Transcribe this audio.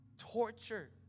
torture